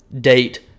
date